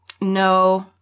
No